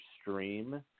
stream